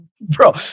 Bro